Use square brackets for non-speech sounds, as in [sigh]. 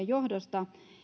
[unintelligible] johdosta